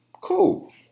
Cool